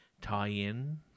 tie-in